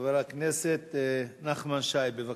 חבר הכנסת נחמן שי, בבקשה.